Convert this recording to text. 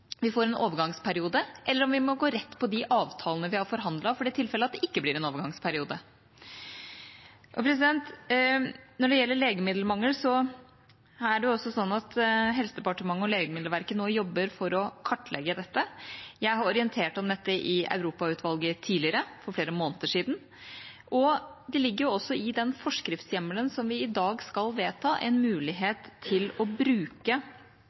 vi får en overgangsperiode, eller om vi må gå rett på de avtalene vi har forhandlet, for det tilfellet at det ikke blir en overgangsperiode. Når det gjelder legemiddelmangel, jobber Helsedepartementet og Legemiddelverket nå for å kartlegge dette. Jeg har orientert om dette i Europautvalget tidligere, for flere måneder siden, og det ligger jo også i den forskriftshjemmelen som vi i dag skal vedta, en mulighet til å bruke